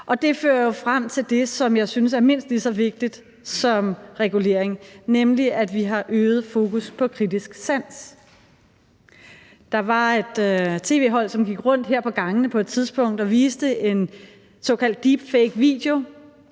Det fører jo frem til det, som jeg synes er mindst lige så vigtigt som regulering, nemlig at vi har øget fokus på kritisk sans. Der var et tv-hold, som gik rundt her på gangene på et tidspunkt og viste en såkaldt deepfakevideo